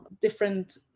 different